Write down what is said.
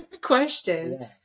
question